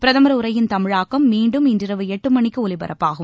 பிரதமர் உரையின் தமிழாக்கம் மீண்டும் இன்றிரவு எட்டு மணிக்கு ஒலிபரப்பாகும்